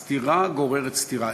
סטירה גוררת סטירה,